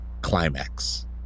climax